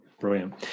Brilliant